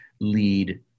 lead